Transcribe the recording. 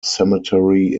cemetery